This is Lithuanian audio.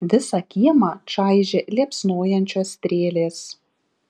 visą kiemą čaižė liepsnojančios strėlės